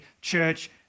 church